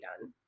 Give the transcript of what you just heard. done